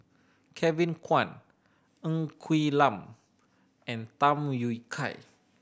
Kevin Kwan Ng Quee Lam and Tham Yui Kai